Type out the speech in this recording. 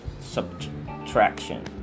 subtraction